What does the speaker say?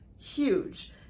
huge